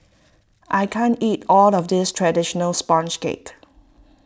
I can't eat all of this Traditional Sponge Cake